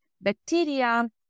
bacteria